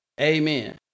Amen